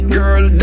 girl